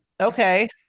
Okay